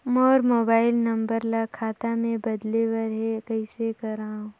मोर mobile नंबर ल खाता मे बदले बर हे कइसे करव?